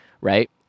Right